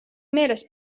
meeles